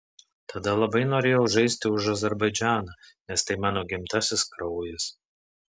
tada labai norėjau žaisti už azerbaidžaną nes tai mano gimtasis kraujas